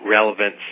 relevance